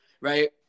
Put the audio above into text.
right